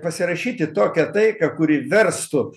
pasirašyti tokią taiką kuri verstų